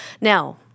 Now